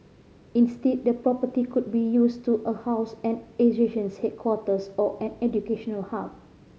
instead the property could be used to a house an association's headquarters or an educational hub